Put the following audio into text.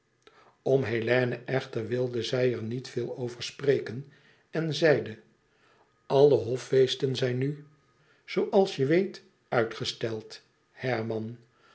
om hélène echter wilde zij er niet veel over spreken en zeide alle hoffeesten zijn nu zooals je weet uitgesteld herman